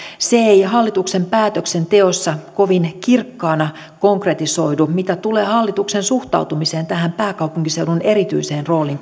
se ei hallituksen päätöksenteossa kovin kirkkaana konkretisoidu mitä tulee hallituksen suhtautumiseen tähän pääkaupunkiseudun erityiseen rooliin